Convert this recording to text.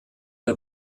der